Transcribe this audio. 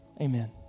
Amen